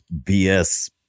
BS